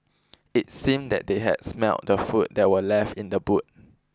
it seemed that they had smelt the food that were left in the boot